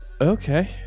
Okay